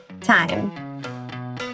time